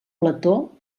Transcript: plató